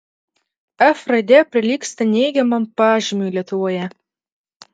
f raidė prilygsta neigiamam pažymiui lietuvoje